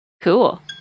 Cool